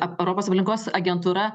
ap europos aplinkos agentūra